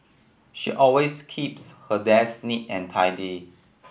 she always keeps her desk neat and tidy